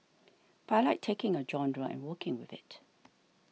but I like taking a genre and working with it